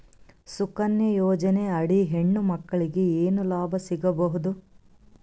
ಸುಕನ್ಯಾ ಯೋಜನೆ ಅಡಿ ಹೆಣ್ಣು ಮಕ್ಕಳಿಗೆ ಏನ ಲಾಭ ಸಿಗಬಹುದು?